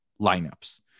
lineups